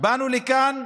באנו לכאן,